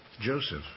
Joseph